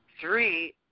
Three